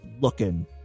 looking